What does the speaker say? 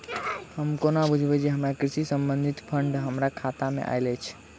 हम कोना बुझबै जे हमरा कृषि संबंधित फंड हम्मर खाता मे आइल अछि?